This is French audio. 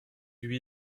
lui